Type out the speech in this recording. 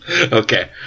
Okay